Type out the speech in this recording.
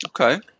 Okay